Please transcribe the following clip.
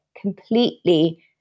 completely